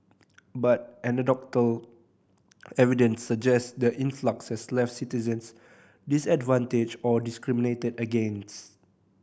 but anecdotal evidence suggest the influx has left citizens disadvantaged or discriminated against